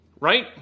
right